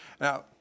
Now